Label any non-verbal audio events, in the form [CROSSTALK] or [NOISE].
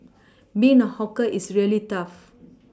being a hawker is really tough [NOISE]